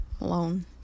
alone